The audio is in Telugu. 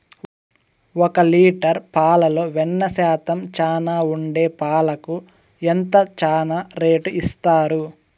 ఒక లీటర్ పాలలో వెన్న శాతం చానా ఉండే పాలకు ఎంత చానా రేటు ఇస్తారు?